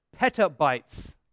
petabytes